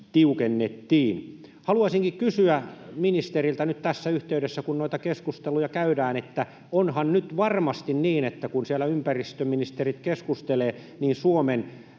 tiukennettiin. Haluaisinkin kysyä ministeriltä nyt tässä yhteydessä, kun noita keskusteluja käydään: onhan nyt varmasti niin, että kun siellä ympäristöministerit keskustelevat, niin Suomen